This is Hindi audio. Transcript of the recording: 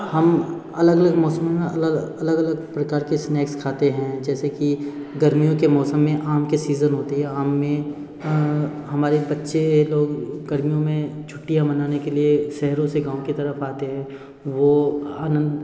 हम अलग अलग मौसम में अलग अलग प्रकार स्नैक्स खाते हैं जैसे कि गर्मियों के मौसम में आम के सीज़न होती है आम में हमारे बच्चे लोग गर्मियों में छुट्टियाँ मनाने के लिए शहरों से गाँव के तरफ आते है वो आनंद